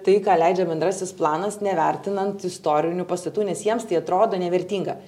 tai ką leidžia bendrasis planas nevertinant istorinių pastatų nes jiems tai atrodo nevertinga